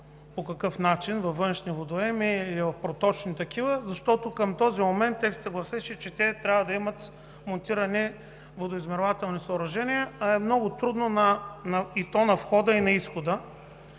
по какъв начин – във външни водоеми или в проточни такива. Към този момент текстът гласеше, че те трябва да имат монтирани водоизмервателни съоръжения, и то на входа и на изхода,